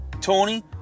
Tony